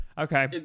Okay